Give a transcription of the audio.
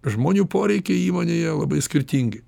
žmonių poreikiai įmonėje labai skirtingi